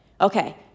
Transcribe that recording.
Okay